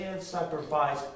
sacrifice